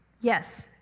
yes